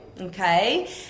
okay